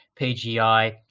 PGI